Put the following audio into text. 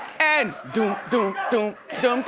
and. do do do do